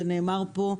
זה נאמר פה.